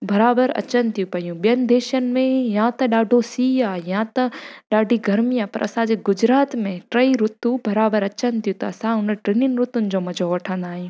बराबरि अचनि थियूं पियूं ॿियनि देशनि में या त ॾाढो सीउ आहे या त ॾाढी गर्मी आहे पर असांजे गुजरात में टेई रूतूं बराबरि अचनि थियूं त असां उन टिनिनि रूतुनि जो मज़ो वठंदा आहियूं